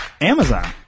Amazon